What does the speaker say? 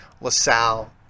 LaSalle